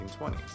1920s